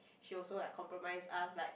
she also like compromise us like